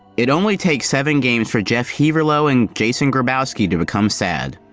it only takes seven games for jeff heaverlo and jason grabowski to become sad.